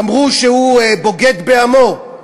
אמרו שהוא בוגד בעמו,